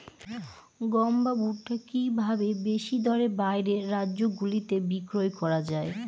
গম বা ভুট্ট কি ভাবে বেশি দরে বাইরের রাজ্যগুলিতে বিক্রয় করা য়ায়?